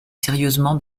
sérieusement